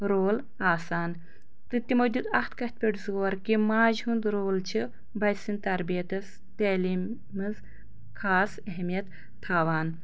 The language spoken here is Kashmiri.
رول آسان تہٕ تِمَو دیُت اکھ کَتھِ پٮ۪ٹھ زور کہِ ماجہِ ہُند رول چھُ بَچہٕ سٕنٛدِ تَربِیَتَس تعلیٖم منٛز خاص اہمِیت تھاوان